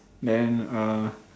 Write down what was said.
then uh